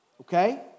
Okay